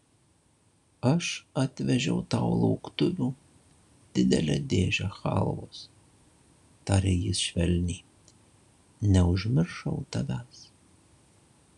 aš atvežiau tau lauktuvių didelę dėžę chalvos tarė jis švelniai neužmiršau tavęs